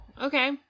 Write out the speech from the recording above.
okay